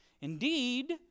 indeed